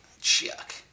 chuck